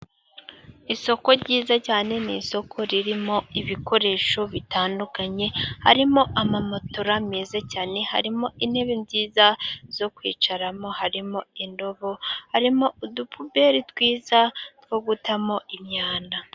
Isoko ryiza cyane ni isoko ririmo ibikoresho bitandukanye harimo amamatora meza cyane, harimo intebe nziza zo kwicaramo, harimo indobo, harimo udupuberi twiza two gutamo imyanda.